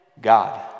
God